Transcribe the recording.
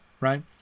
Right